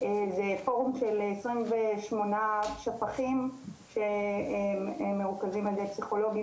זה פורום של עשרים ושמונה שפ"כים שמרוכזים על ידי פסיכולוגים